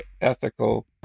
ethical